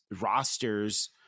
rosters